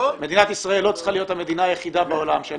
מדינת ישראל לא צריכה להיות המדינה היחידה בעולם שאין